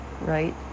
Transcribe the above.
right